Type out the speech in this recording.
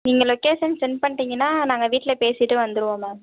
நீங்கள் location send பண்ணிட்டீங்கன்னா நாங்கள் வீட்டில் பேசிவிட்டு வந்துடுவோம் மேம்